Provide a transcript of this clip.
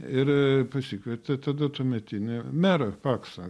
ir pasikvietė tada tuometinį merą paksą